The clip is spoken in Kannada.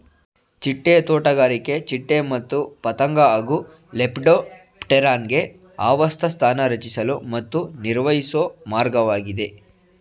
ಚಿಟ್ಟೆ ತೋಟಗಾರಿಕೆ ಚಿಟ್ಟೆ ಮತ್ತು ಪತಂಗ ಹಾಗೂ ಲೆಪಿಡೋಪ್ಟೆರಾನ್ಗೆ ಆವಾಸಸ್ಥಾನ ರಚಿಸಲು ಮತ್ತು ನಿರ್ವಹಿಸೊ ಮಾರ್ಗವಾಗಿದೆ